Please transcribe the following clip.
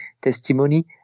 testimony